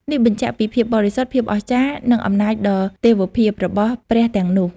នេះបញ្ជាក់ពី ភាពបរិសុទ្ធ ភាពអស្ចារ្យ និងអំណាចដ៏ទេវភាព របស់ព្រះទាំងនោះ។